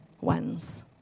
ones